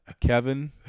Kevin